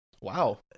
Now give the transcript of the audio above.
Wow